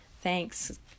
Thanks